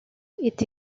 étaient